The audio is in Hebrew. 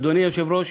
אדוני היושב-ראש,